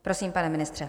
Prosím, pane ministře.